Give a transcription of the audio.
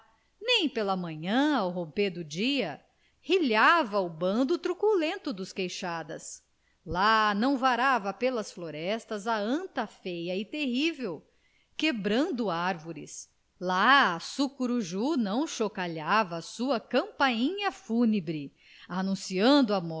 nem pela manhã ao romper do dia rilhava o bando truculento das queixadas lá não varava pelas florestas a anta feia e terrível quebrando árvores lá a sucuruju não chocalhava a sua campainha fúnebre anunciando